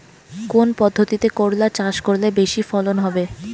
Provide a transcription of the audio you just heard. কোন পদ্ধতিতে করলা চাষ করলে বেশি ফলন হবে?